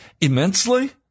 immensely